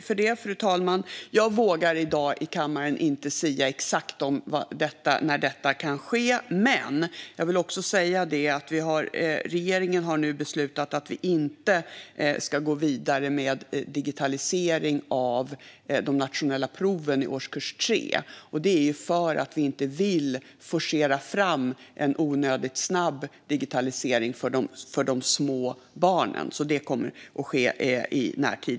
Fru talman! Jag vågar i kammaren i dag inte sia exakt om när detta kan ske. Men jag vill säga att regeringen nu har beslutat att vi inte ska gå vidare med digitalisering av de nationella proven i årskurs 3, och det är för att vi inte vill forcera fram en onödigt snabb digitalisering för de små barnen. Detta kommer alltså att ske i närtid.